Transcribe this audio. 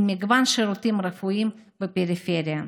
עם מגוון שירותים רפואיים בפריפריה.